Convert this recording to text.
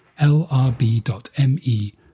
lrb.me